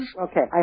Okay